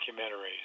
documentaries